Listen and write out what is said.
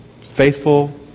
Faithful